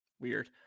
Weird